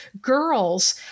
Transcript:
girls